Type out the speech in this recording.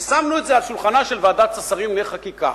ושמנו את זה על שולחנה של ועדת השרים לענייני חקיקה,